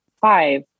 five